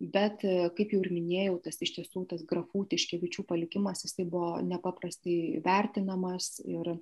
bet kaip jau ir minėjau tas iš tiesų tas grafų tiškevičių palikimas jisai buvo nepaprastai vertinamas ir